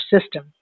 system